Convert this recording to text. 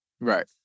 right